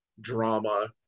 drama